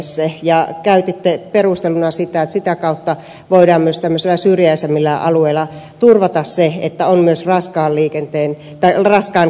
ja käytitte perusteluna sitä että sitä kautta voidaan myös syrjäisemmillä alueilla turvata se että on myös raskaan kaluston katsastustoimintaa